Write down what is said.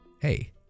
Hey